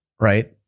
right